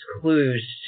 clues